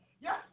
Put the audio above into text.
Yes